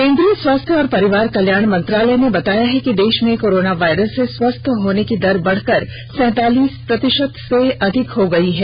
केन्द्रीय स्वास्थ्य और परिवार कल्याण मंत्रालय ने बताया है कि देश में कोरोना वायरस से स्वस्थ्य होने की दर बढ़कर सैंतालीस प्रतिशत से अधिक हो गई है